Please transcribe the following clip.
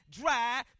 dry